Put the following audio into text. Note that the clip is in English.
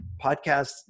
podcasts